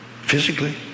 Physically